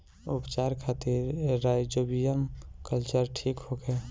उपचार खातिर rhizobium culture ठीक होखे?